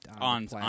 on